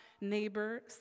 neighbor